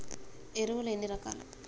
ఎరువులు ఎన్ని రకాలు?